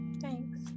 thanks